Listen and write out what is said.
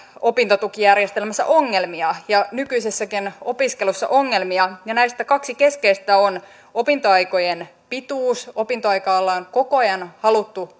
opintotukijärjestelmässä ongelmia ja nykyisessäkin opiskelussa ongelmia ja näistä kaksi keskeistä ovat seuraavat opintoaikojen pituus opintoaikaa ollaan koko ajan haluttu